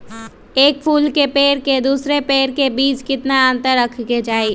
एक फुल के पेड़ के दूसरे पेड़ के बीज केतना अंतर रखके चाहि?